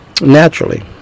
Naturally